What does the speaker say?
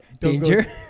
danger